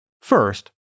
First